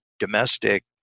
domestic